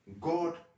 God